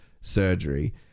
surgery